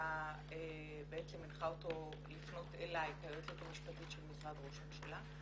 לממשלה הנחה אותו לפנות אליי כיועצת המשפטית של משרד ראש הממשלה,